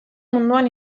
munduan